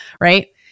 right